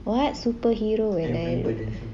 what superhero